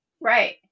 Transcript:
Right